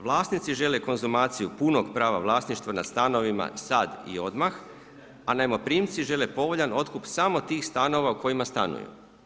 Vlasnici žele konzumaciju punog prava vlasništva na stanovima sada i odmah, a najmoprimci žele povoljan otkup samo tih stanova u kojima stanuju.